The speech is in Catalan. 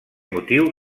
motiu